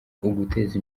uguteza